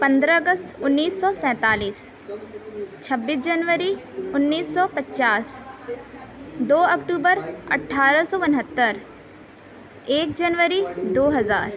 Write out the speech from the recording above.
پندرہ اکست انیس سو سینتالیس چھبیس جنوری انیس سو پچاس دو اکتوبر اٹھارہ سو انہتر ایک جنوری دو ہزار